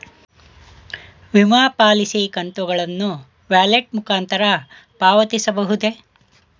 ವಿಮಾ ಪಾಲಿಸಿ ಕಂತುಗಳನ್ನು ವ್ಯಾಲೆಟ್ ಮುಖಾಂತರ ಪಾವತಿಸಬಹುದೇ?